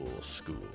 school